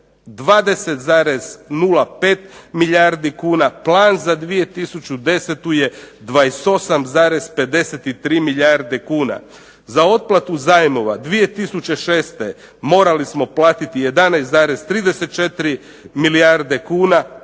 20,05 milijardi kuna, plan za 2010. je 28,53 milijarde kuna. Za otplatu zajmova 2006. morali smo platiti 11,34 milijarde kuna,